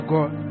God